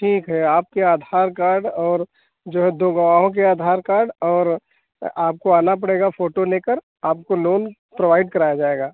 ठीक है आपके आधार कार्ड और जो है दो गवाहों के आधार कार्ड और आपको आना पड़ेगा फ़ोटो लेकर आपको लोन प्रोवाइड कराया जाएगा